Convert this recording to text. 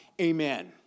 Amen